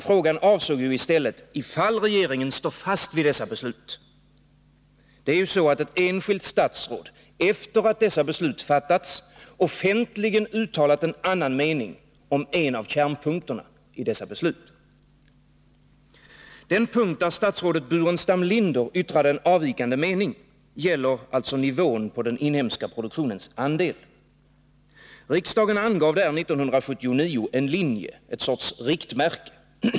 Frågan avsåg i stället om regeringen står fast vid dessa beslut. Ett enskilt statsråd har ju, efter att dessa beslut fattats, offentligt uttalat en annan mening om en av kärnpunkterna i besluten. Den punkt där statsrådet Burenstam Linder yttrade en avvikande mening gäller alltså nivån på den inhemska produktionens andel. Riksdagen angav där 1979 en linje, en sorts riktmärke.